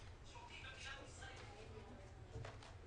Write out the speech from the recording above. יכול להיות שהוא צודק אפילו, אבל מה התחרות פה?